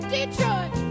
Detroit